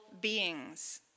beings